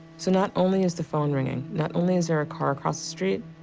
so not only is the phone ringing, not only is there a car across the street,